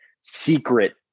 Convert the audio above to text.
secret